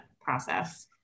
process